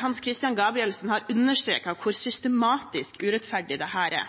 Hans Christian Gabrielsen har understreket hvor systematisk urettferdig dette er.